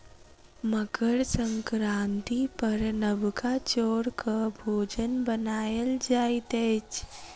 मकर संक्रांति पर नबका चौरक भोजन बनायल जाइत अछि